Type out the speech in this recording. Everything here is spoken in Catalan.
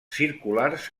circulars